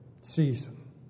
season